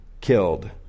killed